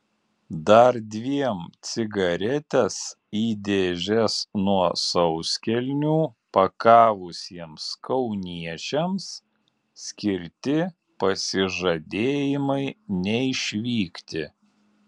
dar dviem cigaretes į dėžes nuo sauskelnių pakavusiems kauniečiams skirti pasižadėjimai neišvykti